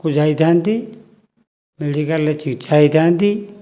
କୁ ଯାଇଥାନ୍ତି ମେଡ଼ିକାଲରେ ଚିକିତ୍ସା ହୋଇଥାନ୍ତି